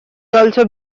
also